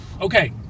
Okay